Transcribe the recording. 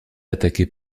attaquée